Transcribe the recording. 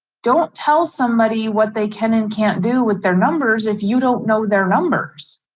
don't tell somebody what they can and can't do with their numbers if you don't know their numbers.